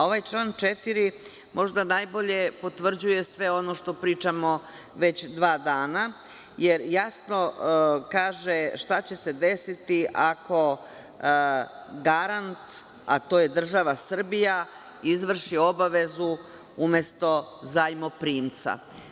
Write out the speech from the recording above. Ovaj član 4. možda najbolje potvrđuje sve ono što pričamo već dva dana jer jasno kaže šta će se desiti ako garant, a to je država Srbija, izvrši obavezu umesto zajmoprimca.